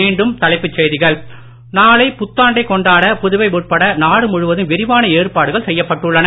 மீண்டும் தலைப்புச் செய்திகள் நாளை புத்தாண்டை கொண்டாட புதுவை உட்பட நாடு முழுவதும் விரிவான ஏற்பாடுகள் செய்யப்பட்டுள்ளது